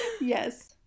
Yes